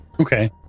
Okay